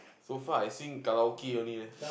so far I sing karaoke only leh